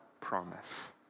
promise